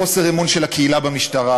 חוסר אמון של הקהילה במשטרה,